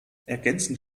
ergänzend